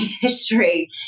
history